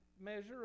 measure